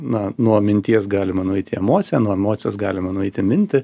na nuo minties galima nueit į emociją nuo emocijos galima nueit į mintį